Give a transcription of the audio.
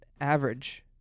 average